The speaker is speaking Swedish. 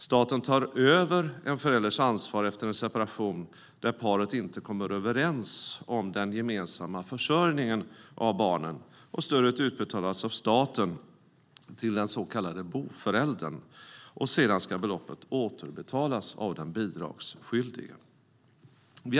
Staten tar över en förälders ansvar efter en separation om paret inte kommer överens om den gemensamma försörjningen av barnen. Stödet utbetalas av staten till den så kallade boföräldern. Beloppet ska sedan återbetalas av den bidragsskyldige.